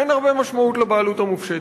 אין הרבה משמעות לבעלות המופשטת.